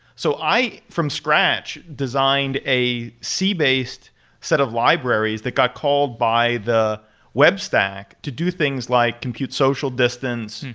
so i, from scratch, designed a c-based set of libraries that got called by the web stack to do things like compute social distance,